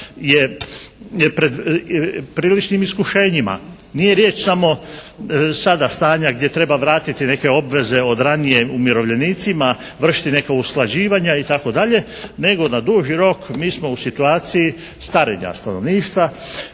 pred priličnim iskušenjima. Nije riječ samo sada stanja gdje treba vratiti neke obveze od ranije umirovljenicima, vršiti neka usklađivanja itd. nego na duži rok mi smo u situaciji starenja stanovništva,